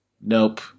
Nope